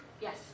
Yes